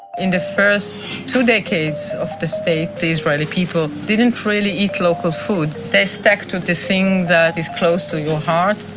in the first two decades of the state the israeli people didn't really eat local food. they stuck to the thing that is close to your heart.